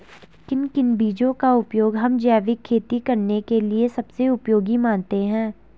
किन किन बीजों का उपयोग हम जैविक खेती करने के लिए सबसे उपयोगी मानते हैं?